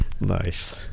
Nice